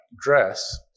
dress